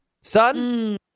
son